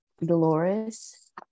Dolores